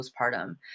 postpartum